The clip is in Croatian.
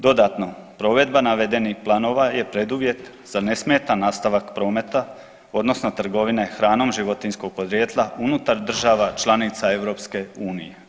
Dodatno, provedba navedenih planova je preduvjet za nesmetan nastavak prometa odnosno trgovine hranom životinjskog podrijetla unutar država članica EU.